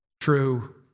true